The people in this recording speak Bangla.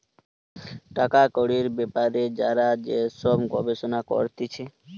টাকা কড়ির বেপারে যারা যে সব গবেষণা করতিছে